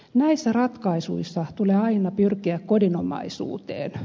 näissä ratkaisuissa tulee aina pyrkiä kodinomaisuuteen